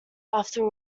after